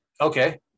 okay